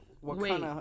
wait